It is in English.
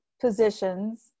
positions